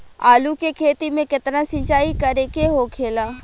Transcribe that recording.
आलू के खेती में केतना सिंचाई करे के होखेला?